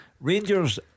Rangers